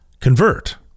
convert